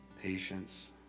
patience